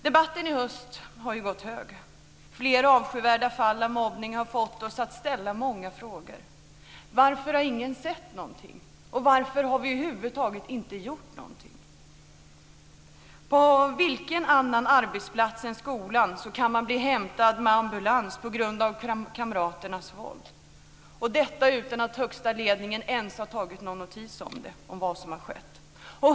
Debattens vågor har gått höga i höst. Flera avskyvärda fall av mobbning har fått oss att ställa många frågor. Varför har ingen sett någonting? Varför har vi över huvud taget inte gjort någonting? På vilken annan arbetsplats än skolan kan man bli hämtad med ambulans på grund av kamraternas våld, utan att högsta ledningen ens har tagit notis om vad som har skett?